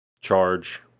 charge